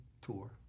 tour